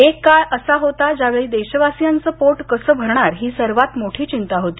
एक काळ होता ज्यावेळी देशवासियांचं पोट कसं भरणार ही सर्वात मोठी चिंता होती